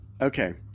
Okay